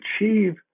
achieve